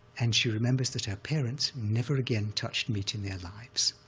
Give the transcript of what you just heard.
and she remembers that her parents never again touched meat in their lives,